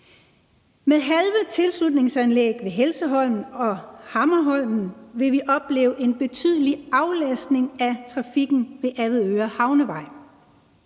Med halve tilslutningsanlæg ved Helseholmen og Hammerholmen vil vi opleve en betydelig aflastning af trafikken til Avedøre Havnevej